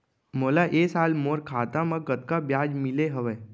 मोला ए साल मोर खाता म कतका ब्याज मिले हवये?